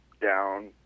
down